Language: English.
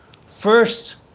First